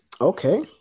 Okay